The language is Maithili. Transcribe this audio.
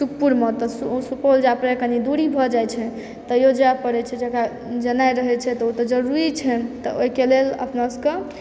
सुप्पुरमऽ तऽ सुपौल जाय पड़ैए कनी दूरी भऽ जाइ छै तैयो जाय पड़ै छै जकरा जेनाइ रहै छै तऽ ऊ तऽ जरूरी छै तऽ ओइके लेल अपना सबके